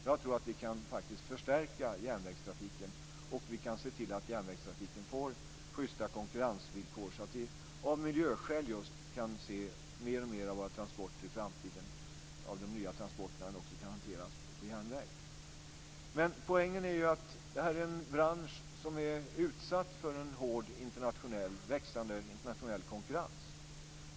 Jag tror att vi kan förstärka järnvägstrafiken och se till att den får sjystare konkurrensvillkor så att vi av miljöskäl kan se att mer och mer av de nya transporterna i framtiden också kan hanteras på järnväg. Poängen är att det här är en bransch som är utsatt för en hård och växande internationell konkurrens.